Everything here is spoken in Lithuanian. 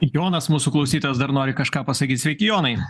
jonas mūsų klausytojas dar nori kažką pasakyt sveiki jonai